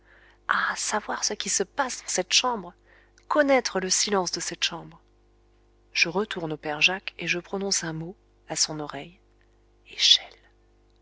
ah savoir ce qui se passe dans cette chambre connaître le silence de cette chambre je retourne au père jacques et je prononce un mot à son oreille échelle